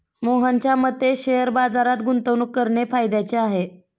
मोहनच्या मते शेअर बाजारात गुंतवणूक करणे फायद्याचे आहे